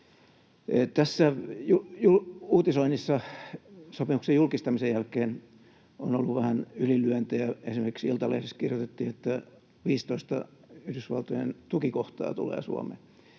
Tässä uutisoinnissa sopimuksen julkistamisen jälkeen on ollut vähän ylilyöntejä. Esimerkiksi Iltalehdessä kirjoitettiin, että 15 Yhdysvaltojen tukikohtaa tulee Suomeen.